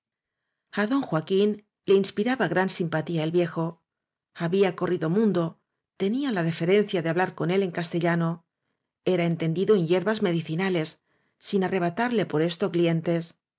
cercanos a don joaquín le inspiraba gran simpatía el viejo había corrido mundo tenía la deferen cia de hablar con él en castellano era entendi do en hierbas medicinales sin arrebatarle por esto clientes